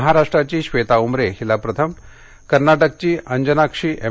महाराष्ट्राची श्वेता उमरे हिला प्रथम कर्नाटकची अंजनाक्षी एम